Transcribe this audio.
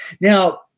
Now